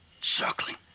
Circling